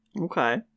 Okay